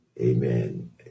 amen